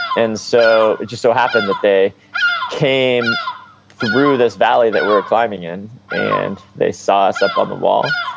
and so it just so happened that they came through this valley that we were climbing in, and they saw us up on the wall,